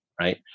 Right